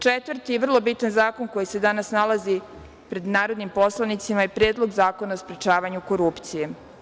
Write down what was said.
Četvrti, vrlo bitan zakon koji se danas nalazi pred narodnim poslanicima, je Predlog zakona o sprečavanju korupcije.